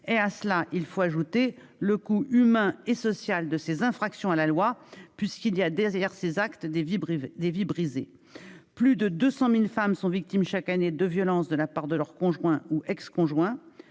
À cela, il faut ajouter le coût humain et social de ces infractions à la loi, puisqu'il y a, derrière ces actes, des vies brisées ». Plus de 200 000 femmes sont victimes chaque année de violences de la part de leur conjoint ou ex-conjoint.